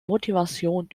motivations